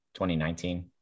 2019